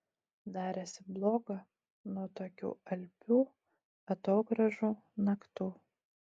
darėsi bloga nuo tokių alpių atogrąžų naktų